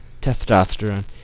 testosterone